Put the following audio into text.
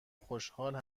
خوشحال